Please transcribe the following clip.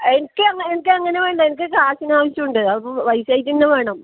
എനിക്ക് എനിക്കങ്ങനെ വേണ്ട എനിക്ക് കാശിനാവശ്യമുണ്ട് അപ്പം പൈസയായിട്ടുതന്നെ വേണം